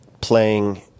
playing